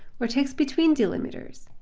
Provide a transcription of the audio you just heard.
or text between delimiters.